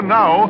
now